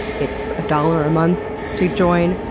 it's a dollar a month to join,